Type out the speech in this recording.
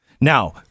now